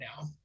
now